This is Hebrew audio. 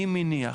אני מניח,